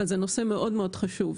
אבל זה נושא מאוד מאוד חשוב.